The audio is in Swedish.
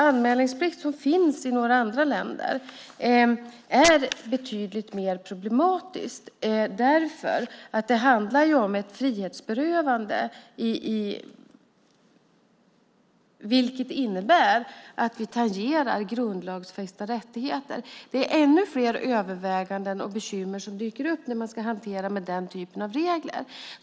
Anmälningsplikt, som finns i några andra länder, är betydligt mer problematiskt, för det handlar om ett frihetsberövande vilket innebär att vi tangerar grundlagsfästa rättigheter. Det är ännu fler överväganden och bekymmer som dyker upp när man ska hantera den typen av regler.